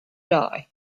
die